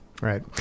Right